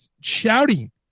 shouting